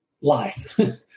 life